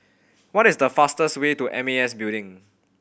what is the fastest way to M A S Building